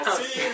see